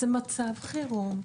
זה מצב חירום,